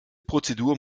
prozedur